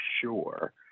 sure